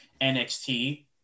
NXT